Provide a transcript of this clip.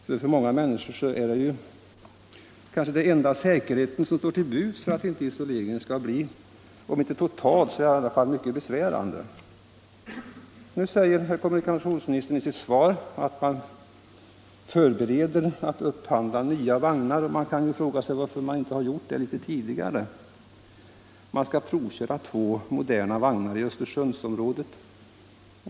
För många människor är detta kanske den enda möjlighet som står till buds för att undvika att isoleringen skall bli om inte total så i varje fall besvärande. Nu säger herr kommunikationsministern i sitt svar att SJ förbereder upphandling av nya vagnar. Man kan fråga sig varför SJ inte gjort det tidigare. Två moderna vagnar skall provköras i Östersundsområdet.